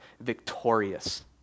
victorious